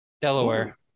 Delaware